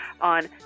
on